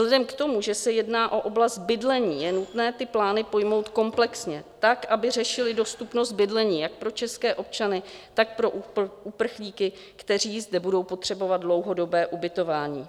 Vzhledem k tomu, že se jedná o oblast bydlení, je nutné ty plány pojmout komplexně, tak, aby řešily dostupnost bydlení jak pro české občany, tak pro uprchlíky, kteří zde budou potřebovat dlouhodobé ubytování.